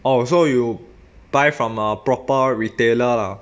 oh so you buy from a proper retailer lah